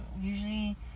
usually